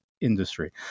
industry